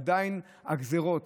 עדיין הגזרות,